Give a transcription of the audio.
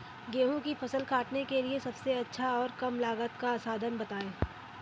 गेहूँ की फसल काटने के लिए सबसे अच्छा और कम लागत का साधन बताएं?